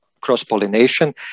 cross-pollination